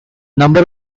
number